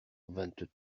vingt